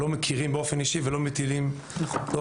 לא מכירים באופן אישי ולא מטילים דופי,